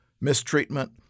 mistreatment